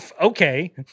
okay